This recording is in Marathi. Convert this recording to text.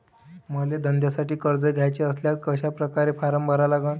मले धंद्यासाठी कर्ज घ्याचे असल्यास कशा परकारे फारम भरा लागन?